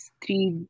three